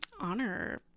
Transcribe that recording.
honor